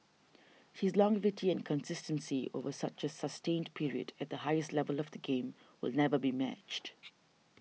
his longevity and consistency over such a sustained period at the highest level of the game will never be matched